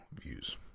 views